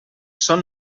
són